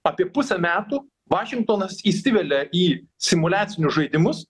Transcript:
apie pusę metų vašingtonas įsivelia į simuliacinius žaidimus